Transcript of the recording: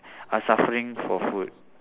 are suffering for food